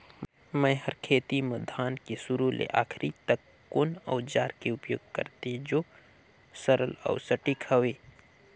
मै हर खेती म धान के शुरू से आखिरी तक कोन औजार के उपयोग करते जो सरल अउ सटीक हवे?